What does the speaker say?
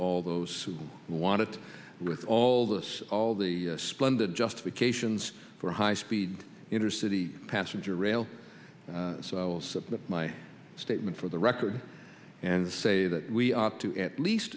all those who want it with all this all the splendid justification for high speed intercity passenger rail so i'll submit my statement for the record and say that we ought to at least